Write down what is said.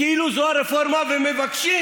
כאילו זו הרפורמה, ומבקשים